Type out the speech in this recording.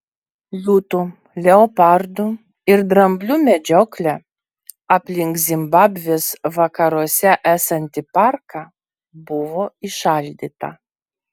liūtų leopardų ir dramblių medžioklė aplink zimbabvės vakaruose esantį parką buvo įšaldyta